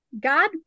God